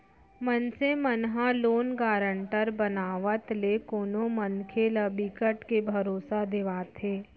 मनसे मन ह लोन गारंटर बनावत ले कोनो मनखे ल बिकट के भरोसा देवाथे